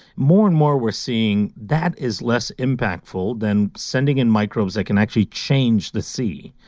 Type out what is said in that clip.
more and more, we're seeing that is less impactful than sending in microbes that can actually change the sea,